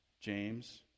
James